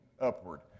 upward